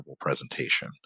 presentation